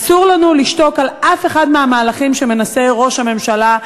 אסור לנו לשתוק על אף אחד מהמהלכים שראש הממשלה מנסה,